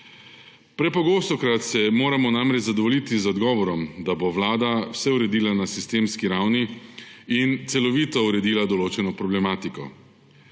Prepogostokrat se moramo namreč zadovoljiti z odgovorom, da bo Vlada vse uredila na sistemski ravni in celovito uredila določeno problematiko.